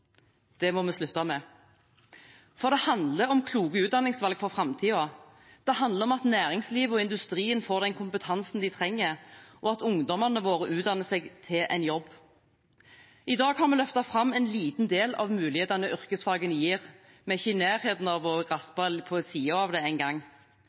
Det må vi slutte med. For det handler om kloke utdanningsvalg for framtiden. Det handler om at næringslivet og industrien får den kompetansen de trenger, og at ungdommene våre utdanner seg til en jobb. I dag har vi løftet fram en liten del av mulighetene yrkesfagene gir. Vi er ikke i nærheten av